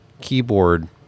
keyboard